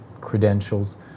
credentials